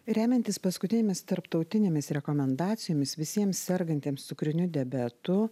remiantis paskutinėmis tarptautinėmis rekomendacijomis visiems sergantiems cukriniu diabetu